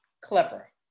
Clever